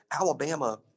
Alabama